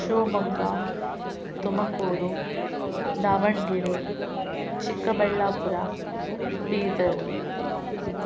Shivamogga Tumakuru Davanagere Chikkaballapur Bidar